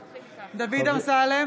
(קוראת בשם חבר הכנסת) דוד אמסלם,